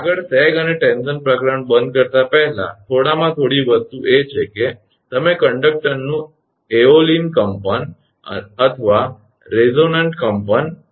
આગળ સેગ અને ટેન્શન પ્રકરણ બંધ કરતા પહેલા થોડામાં થોડી વસ્તુ એ છે કે તમે કંડકટરનું એઓલીયન કંપન અથવા રેઝનન્ટ કંપન કરી શકો